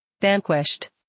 vanquished